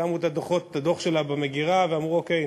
שמו את הדוח שלה במגירה ואמרו: אוקיי,